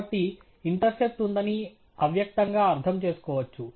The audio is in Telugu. కాబట్టి ఇంటర్సెప్ట్ ఉందని అవ్యక్తంగా అర్థం చేసుకోవచ్చు